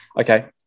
Okay